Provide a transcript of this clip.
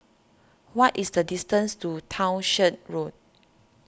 what is the distance to Townshend Road